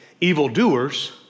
evildoers